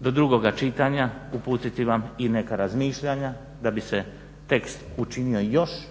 do drugoga čitanja uputiti vam i neka razmišljanja da bi se tekst učinio još